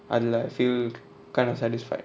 I feel kind of satisfied